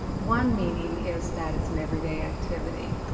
one meaning is that it's an everyday activity,